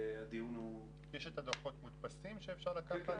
יש את הדוחות מודפסים, שאפשר לקחת?